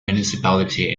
municipality